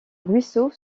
ruisseau